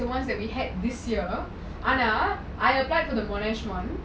the ones that we had this year ஆனா:ana I applied for the monash one